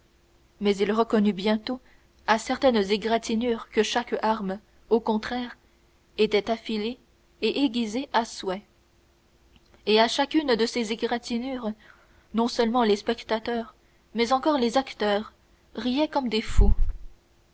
mais il reconnut bientôt à certaines égratignures que chaque arme au contraire était affilée et aiguisée à souhait et à chacune de ces égratignures non seulement les spectateurs mais encore les acteurs riaient comme des fous